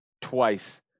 twice